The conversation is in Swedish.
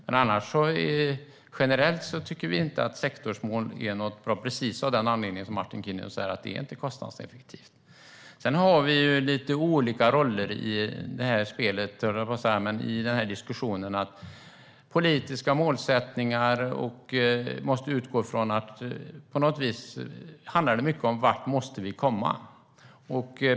Men generellt tycker vi inte att sektorsmål är något bra, av precis den anledning som Martin Kinnunen tar upp: Det är inte kostnadseffektivt. Sedan har vi lite olika roller i den här diskussionen. Politiska målsättningar handlar mycket om vart vi måste komma.